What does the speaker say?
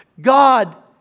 God